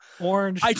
Orange